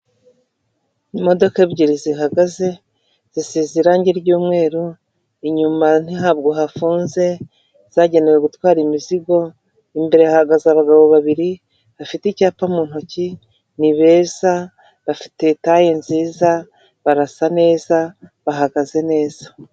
Imodoka ebyiri zihagaze zisize irange ry'umweru, inyuma ntago hafunze zagenewe gutwara imizigo. Imbere hahagaze abagabo babiri bafite icyapa mu ntoki ni beza, bafite taye nziza, barasa neza, bahagaze neza.